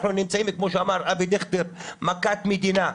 אנחנו נמצאים כמו שאמר חבר הכנסת אבי דיכטר מכת מדינה.